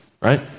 right